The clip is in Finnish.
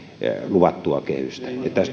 luvattua kehystä